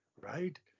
right